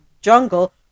jungle